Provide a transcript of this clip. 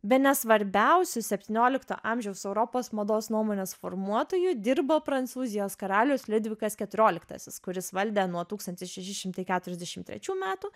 bene svarbiausiu septyniolikto amžiaus europos mados nuomonės formuotoju dirbo prancūzijos karalius liudvikas keturioliktasis kuris valdė nuo tūkstantis šeši šimtai keturiasdešim trečių metų